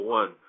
one